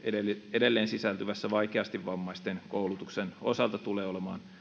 edelleen sisältyvän vaikeasti vammaisten koulutuksen osalta tulee olemaan